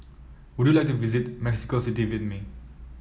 would you like to visit Mexico City with me